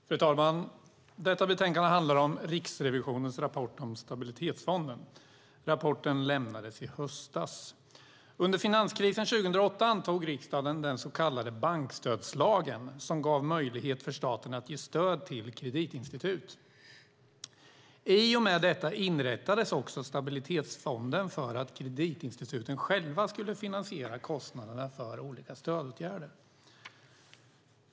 Fru talman! Detta betänkande handlar om Riksrevisionens rapport om Stabilitetsfonden. Rapporten lämnades i höstas. Under finanskrisen 2008 antog riksdagen den så kallade bankstödslagen, som gav möjlighet för staten att ge stöd till kreditinstitut. I och med detta inrättades också Stabilitetsfonden för att kreditinstituten själva skulle finansiera kostnaderna för olika stödåtgärder.